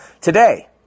today